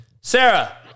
Sarah